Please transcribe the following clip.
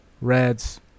Reds